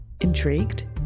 Intrigued